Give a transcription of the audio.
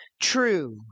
true